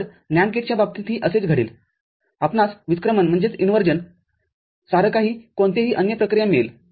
तर NAND गेटच्या बाबतीतही असेच घडेल आपणास व्युत्क्रमणसारकाही कोणतेही अन्य प्रक्रिया मिळेल